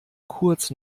kurz